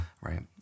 right